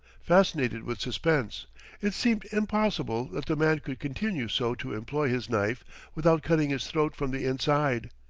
fascinated with suspense it seemed impossible that the man could continue so to employ his knife without cutting his throat from the inside.